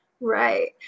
Right